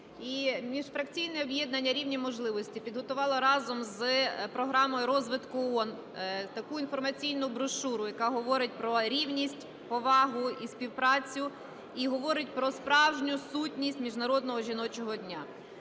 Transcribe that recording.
Міжфракційне об'єднання "Рівні можливості" підготувало разом з Програмою розвитку ООН таку інформаційну брошуру, яка говорить про рівність, повагу і співпрацю і говорить про справжню сутність Міжнародного жіночого дня,